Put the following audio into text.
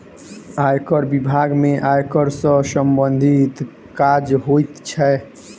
आयकर बिभाग में आयकर सॅ सम्बंधित काज होइत छै